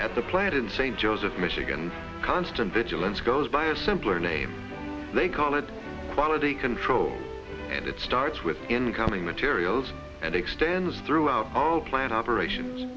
at the let in st joseph michigan constant vigilance goes by a simpler name they call it quality control and it starts with incoming materials and extends throughout plant operation